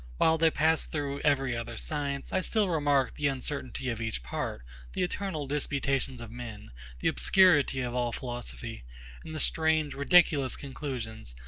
while they pass through every other science, i still remark the uncertainty of each part the eternal disputations of men the obscurity of all philosophy and the strange, ridiculous conclusions,